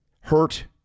hurt